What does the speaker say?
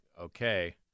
okay